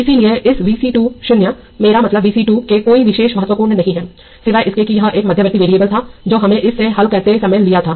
इसलिए इस Vc2 0 मेरा मतलब Vc2 में कोई विशेष महत्वपूर्ण नहीं है सिवाय इसके कि यह एक मध्यवर्ती वेरिएबल था जो हमें इसे हल करते समय मिला था